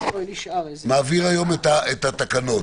מעביר היום את התקנות,